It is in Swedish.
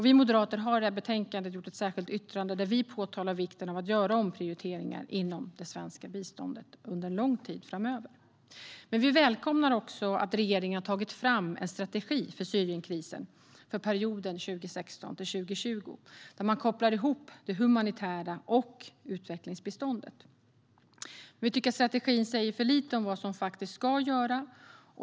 Vi moderater har till det här betänkandet fogat ett särskilt yttrande där vi framhåller vikten av att göra omprioriteringar inom det svenska biståndet under lång tid framöver. Men vi välkomnar också att regeringen har tagit fram en strategi för Syrienkrisen för perioden 2016-2020 där man kopplar ihop det humanitära biståndet och utvecklingsbiståndet. Vi tycker att strategin säger för lite om vad som faktiskt ska göras.